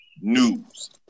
news